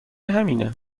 همینه